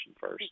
first